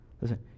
Listen